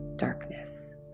darkness